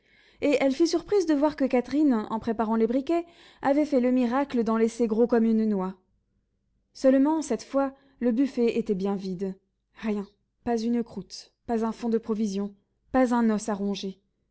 et elle fut surprise de voir que catherine en préparant les briquets avait fait le miracle d'en laisser gros comme une noix seulement cette fois le buffet était bien vide rien pas une croûte pas un fond de provision pas un os à ronger